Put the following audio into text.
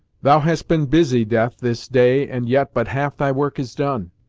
thou hast been busy, death, this day, and yet but half thy work is done!